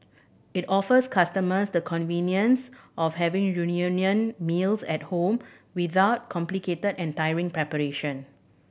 it offers customers the convenience of having meals at home without complicated and tiring preparation